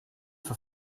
for